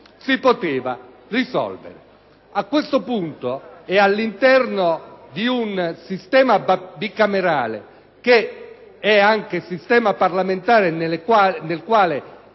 si poteva risolvere. A questo punto, all'interno di un sistema bicamerale che è anche sistema parlamentare, nel quale